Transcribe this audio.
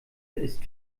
ist